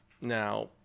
Now